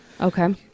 Okay